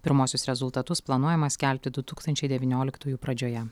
pirmuosius rezultatus planuojama skelbti du tūkstančiai devynioliktųjų pradžioje